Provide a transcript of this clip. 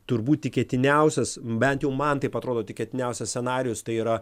turbūt tikėtiniausias bent jau man taip atrodo tikėtiniausias scenarijus tai yra